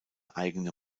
eigene